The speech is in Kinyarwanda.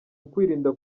ukwirinda